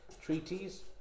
Treaties